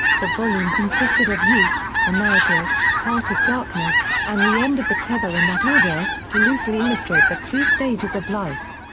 the volume consisted of youth a narrative, heart of darkness, and the end of the tether in that order, to loosely illustrate the three stages of life.